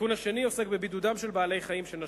התיקון השני עוסק בבידודם של בעלי-חיים שנשכו.